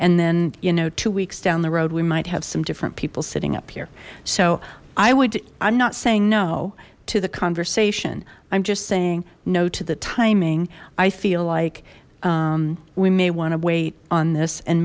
and then you know two weeks down the road we might have some different people sitting up here so i would i'm not saying no to the conversation i'm just saying no to the timing i feel like we may want to wait on this and